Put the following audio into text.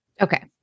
Okay